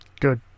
Good